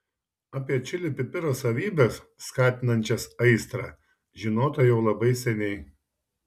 apie čili pipiro savybes skatinančias aistrą žinota jau labai seniai